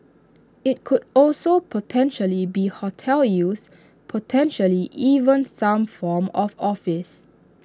IT could also potentially be hotel use potentially even some form of office